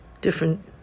different